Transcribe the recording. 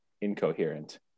incoherent